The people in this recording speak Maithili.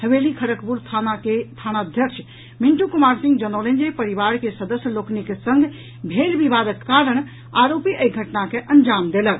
हवेली खड़गपुर थाना के थानाध्यक्ष मिंटू कुमार सिंह जनौलनि जे परिवार के सदस्य लोकनिक संग भेल विवादक कारण आरोपी एहि घटना के अंजाम देलक